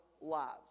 lives